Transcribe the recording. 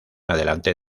adelante